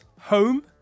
home